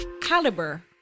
Caliber